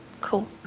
Cool